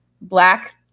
black